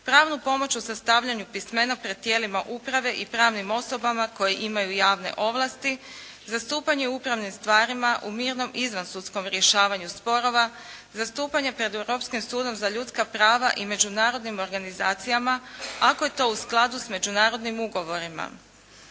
pravnu pomoć u sastavljanju pismena pred tijelima uprave i pravnim osobama koje imaju javne ovlasti, za stupanje u upravnim stvarima, u mirnom izvansudskom rješavanju sporova, za stupanje pred Europskim sudom za ljudska prava i međunarodnim organizacijama ako je to u skladu s međunarodnim ugovorima.